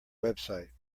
website